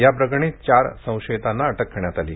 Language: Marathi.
या प्रकरणी चार संशयितांना अटक करण्यात आली आहे